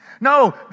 No